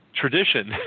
tradition